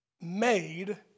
made